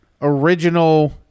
Original